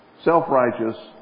Self-righteous